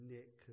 Nick